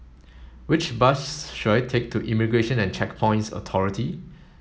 which bus should I take to Immigration and Checkpoints Authority